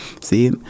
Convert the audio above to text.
See